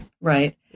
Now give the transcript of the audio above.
right